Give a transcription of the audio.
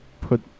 Put